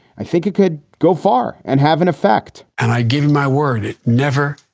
i think it could go far and have an effect and i give him my word. it never,